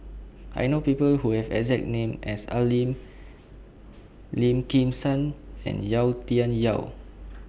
I know People Who Have exact name as Al Lim Lim Kim San and Yau Tian Yau